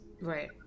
Right